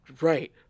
Right